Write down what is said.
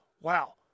wow